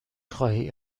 خواهی